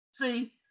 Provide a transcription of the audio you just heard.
See